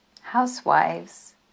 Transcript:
Housewives